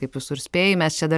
kaip visur spėji mes čia dar